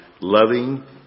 loving